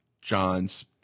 John's